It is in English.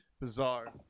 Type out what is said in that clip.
bizarre